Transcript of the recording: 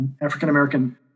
African-American